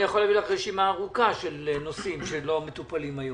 אני יכול להביא לך רשימה ארוכה של נושאים שלא מטופלים היום.